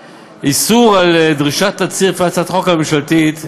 איסור על דרישת תצהיר לפי הצעת החוק הממשלתית,